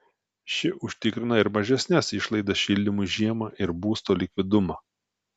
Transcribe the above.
ši užtikrina ir mažesnes išlaidas šildymui žiemą ir būsto likvidumą